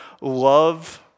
love